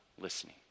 listening